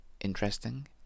interesting